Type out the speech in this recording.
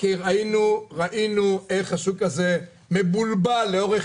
כי ראינו איך השוק הזה מבולבל לאורך